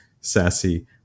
sassy